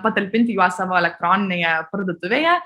patalpinti juos savo elektroninėje parduotuvėje